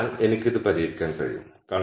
അതിനാൽ എനിക്ക് ഇത് പരിഹരിക്കാൻ കഴിയും